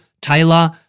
Taylor